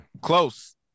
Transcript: Close